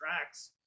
tracks